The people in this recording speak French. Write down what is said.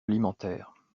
alimentaire